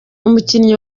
umukinnyi